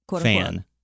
fan